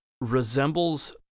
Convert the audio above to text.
resembles